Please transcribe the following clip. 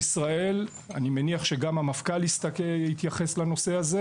ואני מניח שגם המפכ"ל יתייחס לנושא הזה